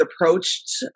approached